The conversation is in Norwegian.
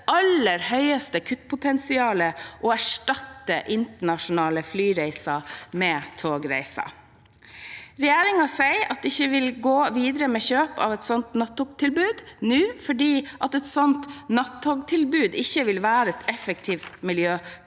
aller høyest kuttpotensial ved å erstatte internasjonale flyreiser med togreiser. Regjeringen sier at de ikke vil gå videre med kjøp av et slikt nattogtilbud nå, fordi et slikt tilbud ikke vil være et effektivt miljøtiltak